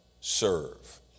serve